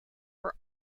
are